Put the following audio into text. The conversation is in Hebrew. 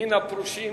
מן הפרושים